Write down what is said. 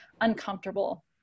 uncomfortable